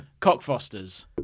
Cockfosters